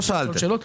לא שאלתם.